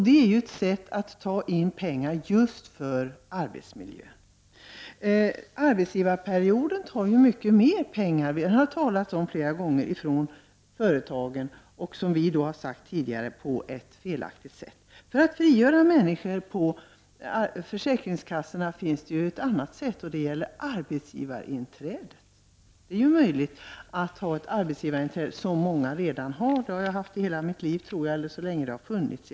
Detta är ett sätt att ta in pengar för att använda dem till just arbetsmiljön. Införandet av arbetsgivarperioden innebär att man tar mycket mera pengar från företagen, vilket de har talat om flera gånger, och detta på ett felaktigt sätt, vilket vi tidigare har sagt. Det finns ett annat sätt att frigöra personal på försäkringskassorna. Det är arbetsgivarinträdet. Det är möjligt att införa ett arbetsgivarinträde, vilket många redan har. Jag har, tror jag, haft det i hela mitt arbetsliv, eller i varje fall så länge det har funnits.